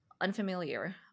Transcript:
unfamiliar